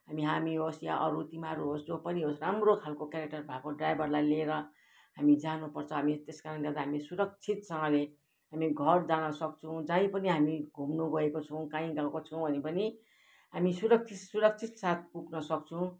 अनि हामी होस् अरू तिमीहरू होस् जो पनि होस् राम्रो खालको क्यारेक्टर भएको ड्राइभरलाई लिएर हामी जानुपर्छ हामी त्यस कराणले गर्दा हामी सुरक्षितसँगले हामी घर जान सक्छौँ जहीँ पनि हामी घुम्नु गएको छौँ काहीँ गएको छौँ भने पनि हामी सुरक्षित सुरक्षित साथ पुग्न सक्छौँ